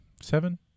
Seven